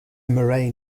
moraine